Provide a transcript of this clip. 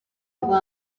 bwa